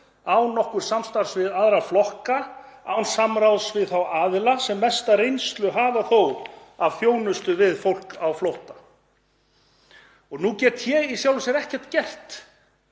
án nokkurs samstarfs við aðra flokka, án samráðs við þá aðila sem mesta reynslu hafa þó af þjónustu við fólk á flótta. Nú get ég í sjálfu sér ekkert gert